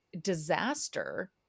disaster